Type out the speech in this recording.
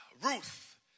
Ruth